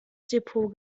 depot